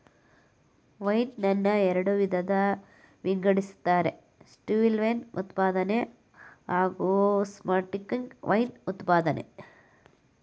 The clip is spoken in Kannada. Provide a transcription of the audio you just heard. ವೈನ್ ನನ್ನ ಎರಡು ವಿಧದಲ್ಲಿ ವಿಂಗಡಿಸ್ತಾರೆ ಸ್ಟಿಲ್ವೈನ್ ಉತ್ಪಾದನೆ ಹಾಗೂಸ್ಪಾರ್ಕ್ಲಿಂಗ್ ವೈನ್ ಉತ್ಪಾದ್ನೆ